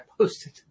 posted